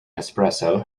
espresso